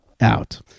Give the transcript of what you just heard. out